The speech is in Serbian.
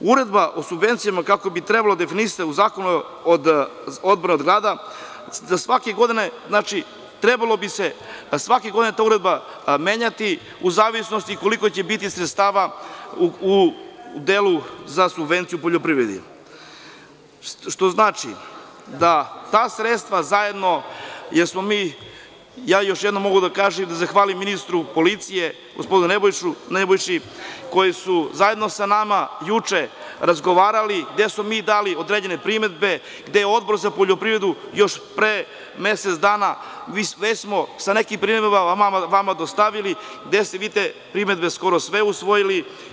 Uredba o subvencijama kako bi trebalo definisati u Zakonu o odbrani od grada, svake godine bi trebalo da se ta uredba menja u zavisnosti od toga koliko će biti sredstava u delu za subvencije u poljoprivredi, što znači da ta sredstva zajedno, jer smo mi, još jednom mogu da kažem i da zahvalim ministru policije, gospodinu Nebojši, koji su zajedno sa nama juče razgovarali, gde smo mi dali određene primedbe, gde je Odbor za poljoprivredu još pre mesec dana i sve smo sa nekim primedbama vama dostavili, gde ste vi te primedbe skoro sve usvojili.